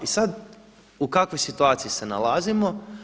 I sada u kakvoj situaciji se nalazimo?